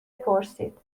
پرسید